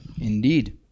Indeed